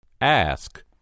Ask